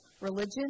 Religion